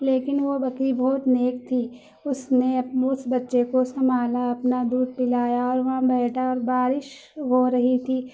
لیکن وہ بکری بہت نیک تھی اس نے اس بچّے کو سنبھالا اپنا دودھ پلایا اور وہاں بیٹھا اور بارش ہو رہی تھی